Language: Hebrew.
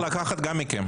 אנחנו בדרך לקחת גם מכם.